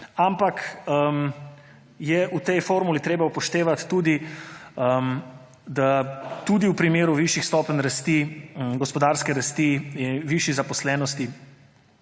Ampak je v tej formuli treba upoštevati, da je tudi v primeru višjih stopenj gospodarske rasti, višje zaposlenosti,